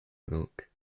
milk